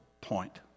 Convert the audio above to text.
point